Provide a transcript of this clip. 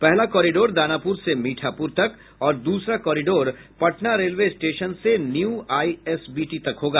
पहला कॉरिडोर दानापुर से मीठापुर तक और दूसरा कॉरिडोर पटना रेलवे स्टेशन से न्यू आईएसबीटी तक होगा